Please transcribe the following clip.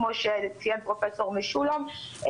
כמו שציין פרופ' משולם,